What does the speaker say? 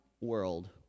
World